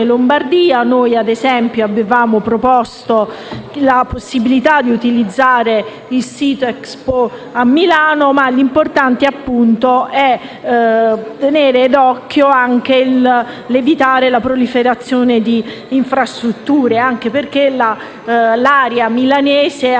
Lombardia; noi, ad esempio, avevamo proposto la possibilità di utilizzare il sito EXPO a Milano, ma l'importante è comunque evitare la proliferazione di infrastrutture anche perché l'area milanese è